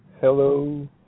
Hello